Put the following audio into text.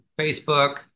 Facebook